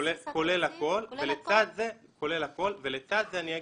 כולל הכול ולצד זה אני אגיד,